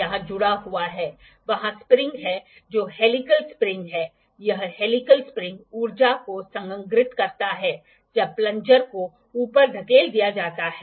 वहां से हम खोजने की कोशिश करते हैं हमें एंगल माप मिलता है एंगल से हम यह पता लगाने की कोशिश करते हैं कि लीनियर त्रुटि या डिसप्लेसमेेंट क्या है ठीक है